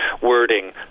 wording